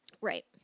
Right